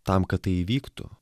tam kad tai įvyktų